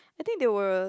I think they were